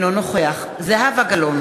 אינו נוכח זהבה גלאון,